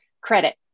credit